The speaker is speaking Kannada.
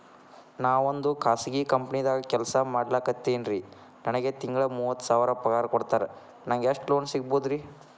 ನಾವೊಂದು ಖಾಸಗಿ ಕಂಪನಿದಾಗ ಕೆಲ್ಸ ಮಾಡ್ಲಿಕತ್ತಿನ್ರಿ, ನನಗೆ ತಿಂಗಳ ಮೂವತ್ತು ಸಾವಿರ ಪಗಾರ್ ಕೊಡ್ತಾರ, ನಂಗ್ ಎಷ್ಟು ಲೋನ್ ಸಿಗಬೋದ ರಿ?